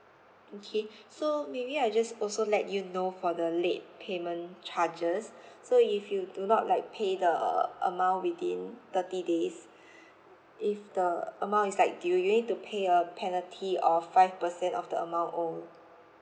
okay so maybe I'll just also let you know for the late payment charges so if you do not like pay the amount within thirty days if the amount is like due you'll need to pay a penalty of five percent of the amount owed